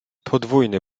podwójny